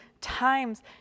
times